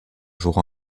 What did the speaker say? jouera